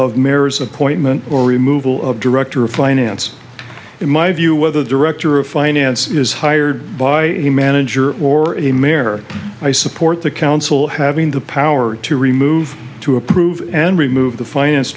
merits appointment or removal of director of finance in my view whether the director of finance is hired by a manager or a mayor i support the council having the power to remove to approve and remove the finance